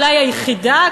אולי היחידה,